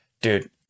dude